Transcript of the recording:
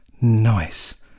nice